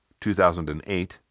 2008